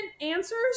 answers